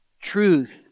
Truth